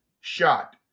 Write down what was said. shot